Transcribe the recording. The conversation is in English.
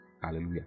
Hallelujah